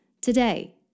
today